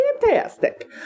fantastic